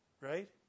right